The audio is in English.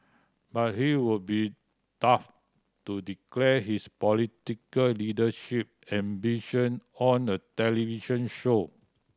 but he would be daft to declare his political leadership ambition on a television show